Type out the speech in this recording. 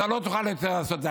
אתה לא תוכל יותר לעשות את זה.